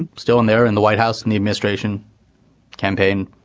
and still in there in the white house and the administration campaign.